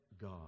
God